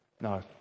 no